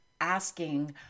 asking